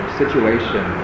situation